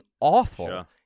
awful